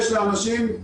יש לאנשים,